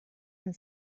and